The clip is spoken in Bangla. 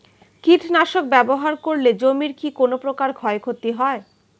কীটনাশক ব্যাবহার করলে জমির কী কোন প্রকার ক্ষয় ক্ষতি হয়?